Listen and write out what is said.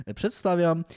przedstawiam